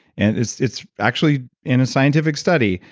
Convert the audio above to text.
and it's it's actually in a scientific study,